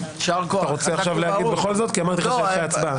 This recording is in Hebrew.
אתה רוצה עכשיו להגיד בכל זאת כי אמרתי שאחרי ההצבעה?